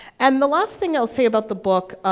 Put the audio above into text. and the last thing i'll say about the book,